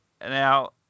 now